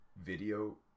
video